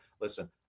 listen